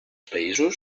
països